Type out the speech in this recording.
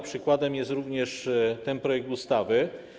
Przykładem jest również ten projekt ustawy.